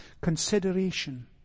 consideration